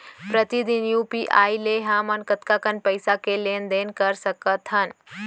प्रतिदन यू.पी.आई ले हमन कतका कन पइसा के लेन देन ल कर सकथन?